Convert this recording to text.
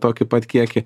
tokį pat kiekį